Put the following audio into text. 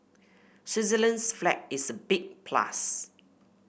Switzerland's flag is a big plus